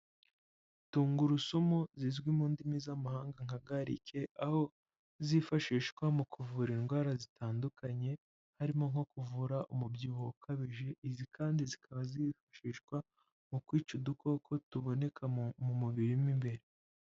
Tungurusumu zizwi mu ndimi z'amahanga nka garice aho zifashishwa mu kuvura indwara zitandukanye, harimo nko kuvura umubyibuho ukabije, izi kandi zikaba zifashishwa mu kwica udukoko tuboneka mu mubiri mo imbere.